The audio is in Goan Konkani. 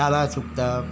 ताला सुकता